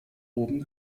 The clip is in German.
oben